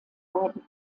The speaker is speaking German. wurden